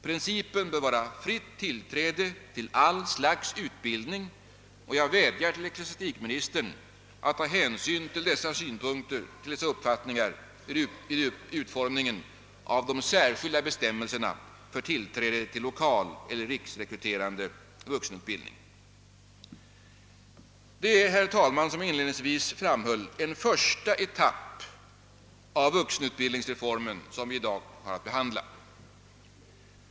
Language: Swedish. Principen bör vara fritt tillträde till allt slags utbildning, och jag vädjar till ecklesiastikministern att ta hänsyn till dessa uppfattningar vid utformningen av de särskilda bestämmelserna för tillträde till lokal eller riksrekryterande vuxenutbildning. Herr talman! Det är, som jag inledningsvis framhöll, en första etapp av vuxenutbildningsreformen som vi i dag har att behandla.